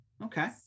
Okay